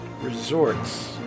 Resorts